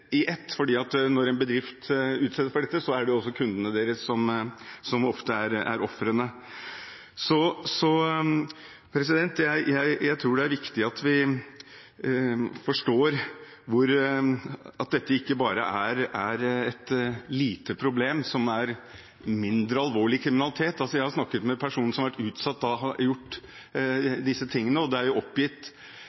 i ett, for når en bedrift utsettes for dette, er det også kundene deres som ofte er ofrene. Jeg tror det er viktig at vi forstår at dette ikke bare er et lite problem, som dreier seg om mindre alvorlig kriminalitet. Jeg har snakket med en person som har vært utsatt